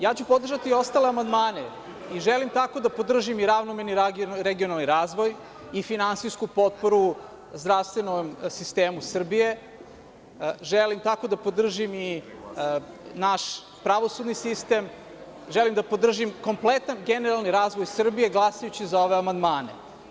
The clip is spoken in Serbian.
Ja ću podržati i ostale amandmane i tako želim da podržim i regionalni razvoj i finansijsku potporu zdravstvenom sistemu Srbije, želim tako da podržim i naš pravosudni sistem, želim da podržim kompletan generalni razvoj Srbije glasajući za ove amandmane.